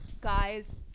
guys